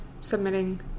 submitting